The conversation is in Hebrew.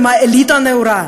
עם האליטה הנאורה,